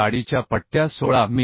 जाडीच्या पट्ट्या 16 मि